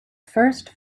first